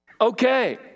Okay